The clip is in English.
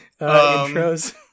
intros